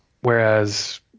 Whereas